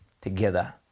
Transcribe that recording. together